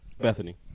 Bethany